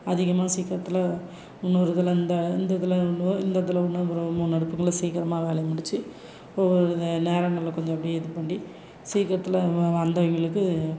அதிகமாக சீக்கிரத்தில் இன்னொரு இதில் இந்த இந்த இதில் ஒன்று இந்த இதில் ஒன்று அப்புறம் மூணு அடுப்புங்களில் சீக்கிரமாக வேலையை முடித்து ஒவ்வொரு நேரங்களில் கொஞ்சம் அப்படியே இது பண்ணி சீக்கிரத்தில் வந்தவங்களுக்கு